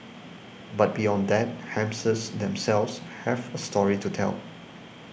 but beyond that hamsters themselves have a story to tell